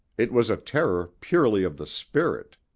it was a terror purely of the spirit,